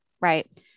right